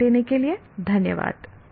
ध्यान देने के लिये धन्यवाद